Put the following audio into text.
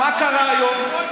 מה קרה היום?